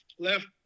left